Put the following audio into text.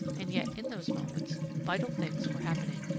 and yet in those moments vital things were happening.